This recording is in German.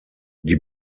die